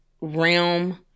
realm